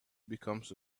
becomes